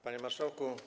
Panie Marszałku!